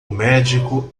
médico